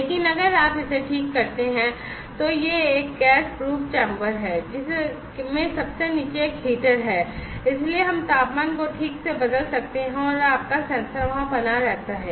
लेकिन अगर आप इसे ठीक करते हैं तो यह एक गैस प्रूफ चैंबर है जिसमें सबसे नीचे एक हीटर है इसलिए हम तापमान को ठीक से बदल सकते हैं और आपका सेंसर वहां बना रहता है